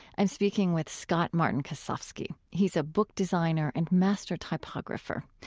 i'm speaking with scott-martin kosofsky he's a book designer and master typographer.